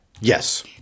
Yes